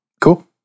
Cool